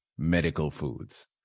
medicalfoods